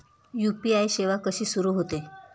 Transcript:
UPI सेवा कशी सुरू होते?